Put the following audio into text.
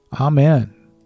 Amen